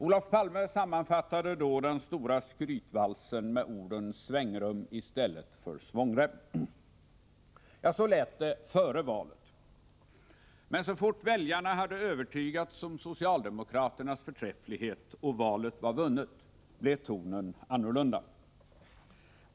Olof Palme sammanfattade då den stora skrytvalsen med orden ”svängrum i stället för svångrem”. Ja, så lät det före valet. Men så fort väljarna hade övertygats om socialdemokraternas förträfflighet och valet var vunnet, blev tonen annorlunda.